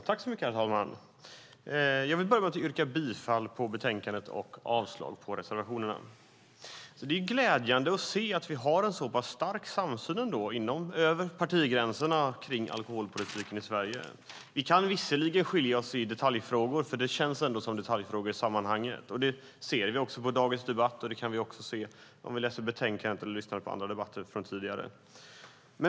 Herr talman! Jag vill börja med att yrka bifall till förslaget i betänkandet och avslag på reservationerna. Det är glädjande att det ändå finns en så pass stark samsyn över partigränserna kring alkoholpolitiken i Sverige. Vi kan visserligen skilja oss i vissa detaljfrågor, för det känns ändå som detaljfrågor i sammanhanget. Det märker vi också i dagens debatt, när vi läser betänkandet och lyssnar på debatter sedan tidigare.